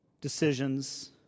decisions